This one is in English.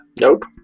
Nope